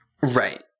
right